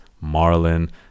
Marlin